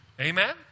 Amen